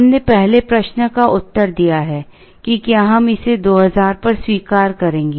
हमने पहले प्रश्न का उत्तर दिया है कि क्या हम इसे 2000 पर स्वीकार करेंगे